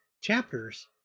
chapters